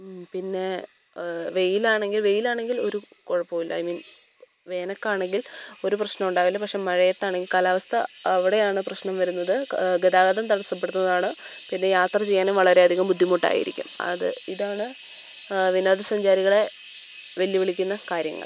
പിന്നെ വെയിലാണെങ്കിൽ വെയിലാണെങ്കിൽ ഒരു കുഴപ്പമില്ല ഐ മീൻ വെയിലൊക്കെ ആണെങ്കിൽ ഒരു പ്രശ്നം ഉണ്ടാവില്ല പക്ഷെ മഴയത്താണെങ്കിൽ കാലാവസ്ഥ അവിടെയാണ് പ്രശ്നം വരുന്നത് ഗതാഗതം തടസ്സപ്പെടുന്നതാണ് പിന്നെ യാത്ര ചെയ്യാനും വളരെ അധികം ബുദ്ധിമുട്ടായിരിക്കും അത് ഇതാണ് ആ വിനോദ സഞ്ചാരികളെ വെല്ലു വിളിക്കുന്ന കാര്യങ്ങൾ